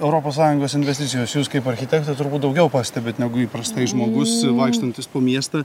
europos sąjungos investicijos jūs kaip architektė turbūt daugiau pastebit negu įprastai žmogus vaikštantis po miestą